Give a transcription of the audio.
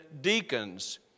deacons